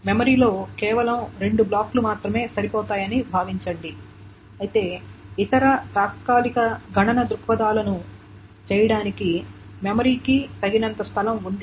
మెమరీలో కేవలం రెండు బ్లాక్లు మాత్రమే సరిపోతాయని భావించండి అయితే ఇతర తాత్కాలిక గణన దృక్పథాలను చేయడానికి మెమరీకి తగినంత స్థలం ఉంది